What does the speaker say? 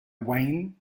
wayne